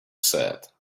said